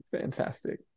fantastic